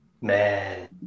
Man